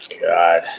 God